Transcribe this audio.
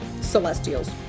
Celestials